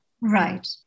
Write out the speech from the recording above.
Right